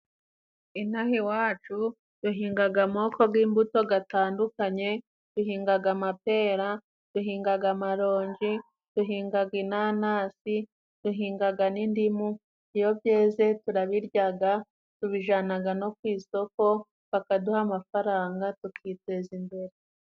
Ino aha iwacu duhingaga amoko g'imbuto gatandukanye: duhingaga amapera ,duhingaga amaronji, duhingaga inanasi ,duhingaga n'indimu ,iyo byeze turabiryaga, tubijanaga no ku isoko bakaduha amafaranga tukiteza imbere.